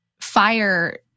fire